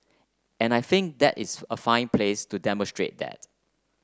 and I think that is a fine place to demonstrate that